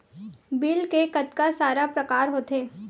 Bill के कतका सारा प्रकार होथे?